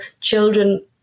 children